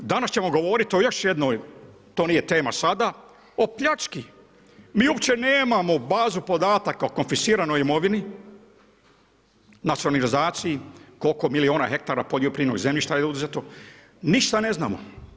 Danas ćemo govoriti o još jednoj, to nije tema sada, o pljački, mi uopće nemamo bazu podataka o konfisciranoj imovini, nacionalizaciji, koliko milijuna hektara poljoprivrednog zemljišta je uzeto, ništa ne znamo.